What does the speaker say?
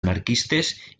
anarquistes